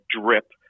drip